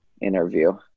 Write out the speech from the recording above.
interview